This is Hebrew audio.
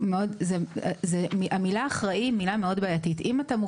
אתה גם